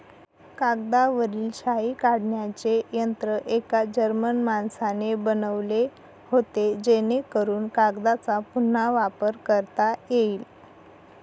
कागदावरील शाई काढण्याचे यंत्र एका जर्मन माणसाने बनवले होते जेणेकरून कागदचा पुन्हा वापर करता येईल